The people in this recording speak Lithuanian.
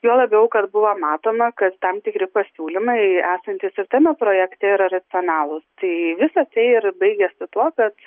juo labiau kad buvo matoma kad tam tikri pasiūlymai esantys ir tame projekte yra racionalūs tai visa tai ir baigėsi tuo kad